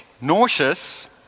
nauseous